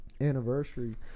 anniversary